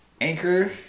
Anchor